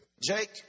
Jake